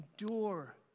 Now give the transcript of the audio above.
endure